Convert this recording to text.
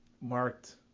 marked